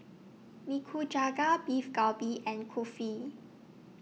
Nikujaga Beef Galbi and Kulfi